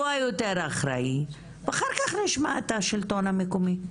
שהוא היותר אחראי ואחר כך נשמע את מרכז השלטון המקומי.